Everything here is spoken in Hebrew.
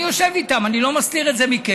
אני יושב איתם אני לא מסתיר את זה מכם,